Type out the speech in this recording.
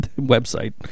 website